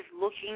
looking